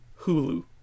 Hulu